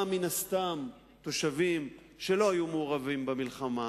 מן הסתם רובם תושבים שלא היו מעורבים במלחמה.